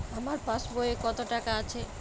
আমার পাসবই এ কত টাকা আছে?